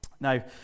Now